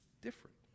different